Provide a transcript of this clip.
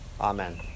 Amen